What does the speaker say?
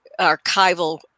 archival